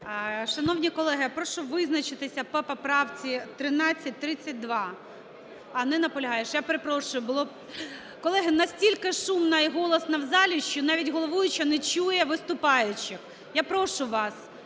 Шановні колеги, прошу визначитися по поправці 1332. А, не наполягаєш, я перепрошую. Колеги, настільки шумно і голосно в залі, що навіть головуюча не чує виступаючих. Я прошу вас,